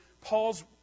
Paul's